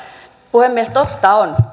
puhemies totta on